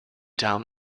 town